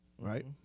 Right